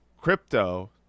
crypto